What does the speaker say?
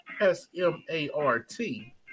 S-M-A-R-T